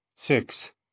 Six